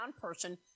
person